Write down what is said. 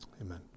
amen